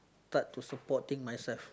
start to supporting myself